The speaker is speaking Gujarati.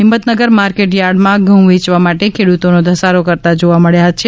હિમમતનગર માર્કેટ થાર્ડ માં ઘઉ વેયવા માટે ખેડૂતો ધસારો કરતાં જોવા મળ્યા છે